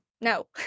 no